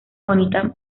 bonita